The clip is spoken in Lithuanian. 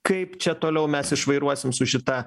kaip čia toliau mes išvairuosim su šita